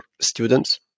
students